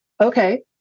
Okay